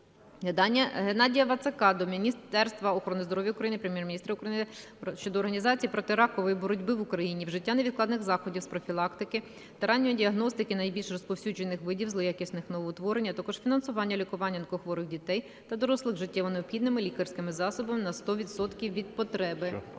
Геннадія Вацака до Міністерства охорони здоров'я України, Прем'єр-міністра України щодо організації протиракової боротьби в Україні, вжиття невідкладних заходів з профілактики та ранньої діагностики найбільш розповсюджених видів злоякісних новоутворень, а також фінансування лікування онкохворих дітей та дорослих життєво необхідними лікарськими засобами на 100 відсотків